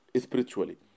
spiritually